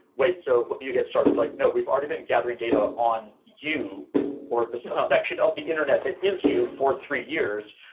wait, when so you get started? it's like, no, we've already been gathering data on you or the so section of the internet that is you for three years.